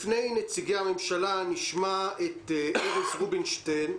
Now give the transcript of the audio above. לפני נציגי הממשלה נשמע את ארז רובינשטיין,